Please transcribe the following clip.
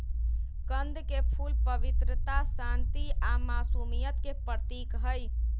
कंद के फूल पवित्रता, शांति आ मासुमियत के प्रतीक हई